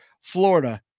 Florida